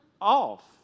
off